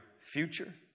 future